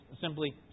simply